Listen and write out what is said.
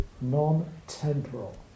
Non-temporal